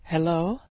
Hello